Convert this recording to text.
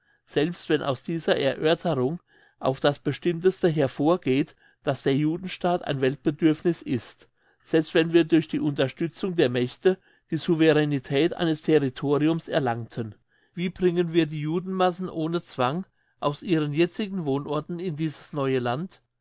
selbst wenn aus dieser erörterung auf das bestimmteste hervorgeht dass der judenstaat ein weltbedürfniss ist selbst wenn wir durch die unterstützung der mächte die souveränetät eines territoriums erlangten wie bringen wir die judenmassen ohne zwang aus ihren jetzigen wohnorten in dieses neue land